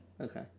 Okay